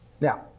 Now